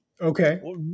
Okay